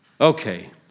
Okay